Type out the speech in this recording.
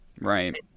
right